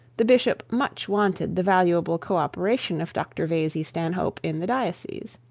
the bishop much wanted the valuable co-operation of dr vesey stanhope in the diocese